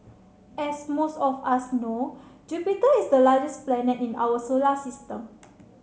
as most of us know Jupiter is the largest planet in our solar system